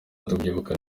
ndabyibuka